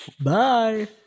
Bye